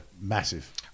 massive